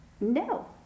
No